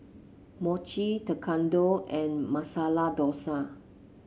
Mochi Tekkadon and Masala Dosa